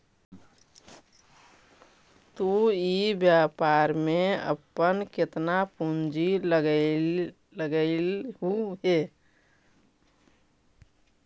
तु इ व्यापार में अपन केतना पूंजी लगएलहुं हे?